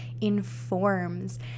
informs